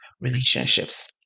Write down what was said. relationships